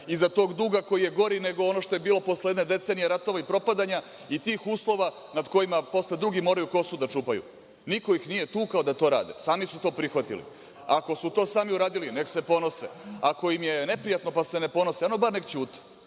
iza tog duga koji je gori nego ono što je bilo posle jedne decenije ratova i propadanja i tih uslova nad kojima posle drugi moraju kosu da čupaju. Niko ih nije tukao da to rade. Sami su to prihvatili. Ako su to sami uradili, neka se ponose. Ako im je neprijatno pa se ne ponose, onda bar nek ćute,